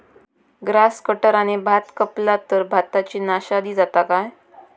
Grass कटराने भात कपला तर भाताची नाशादी जाता काय?